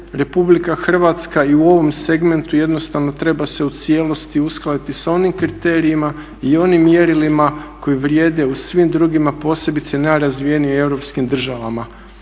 Republika Hrvatska i u ovom segmentu jednostavno treba se u cijelosti uskladiti s onim kriterijima i onim mjerilima koji vrijede u svim drugim, a posebice najrazvijenijim europskim državama.